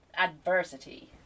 adversity